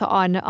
on